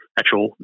actual